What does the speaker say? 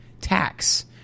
tax